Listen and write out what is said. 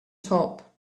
top